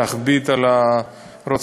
כדי להכביד על הרוצחים.